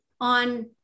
on